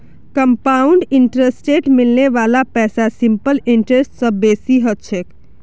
compound इंटरेस्टत मिलने वाला पैसा सिंपल इंटरेस्ट स बेसी ह छेक